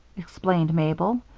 explained mabel.